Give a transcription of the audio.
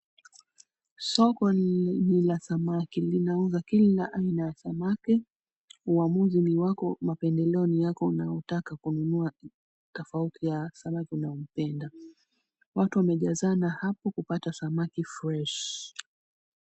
Soko ni la samaki, linauza kula aina ya samaki, uamuzi ni wako, mapendeleo ni yako unaotaka kununua tofauti ya samaki unayompenda. Watu wamejazana hapo kupata samaki fresh .